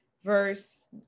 Verse